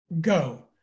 go